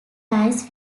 lies